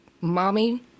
mommy